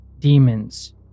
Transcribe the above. demons